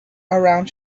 around